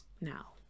Now